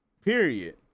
Period